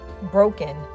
broken